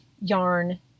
yarn